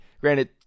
Granted